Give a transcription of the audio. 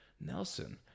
Nelson